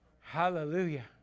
Hallelujah